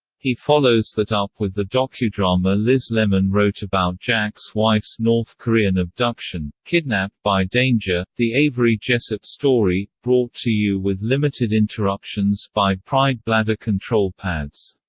he follows that up with the docudrama liz lemon wrote about jack's wife's north korean abduction kidnapped by danger the avery jessup story, brought to you with limited interruptions by pride bladder control pads.